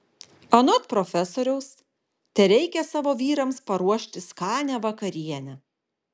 anot profesoriaus tereikia savo vyrams paruošti skanią vakarienę